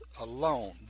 alone